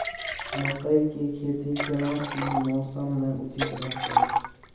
मकई के खेती केना सी मौसम मे उचित रहतय?